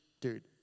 dude